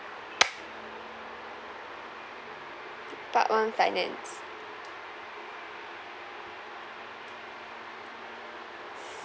part one finance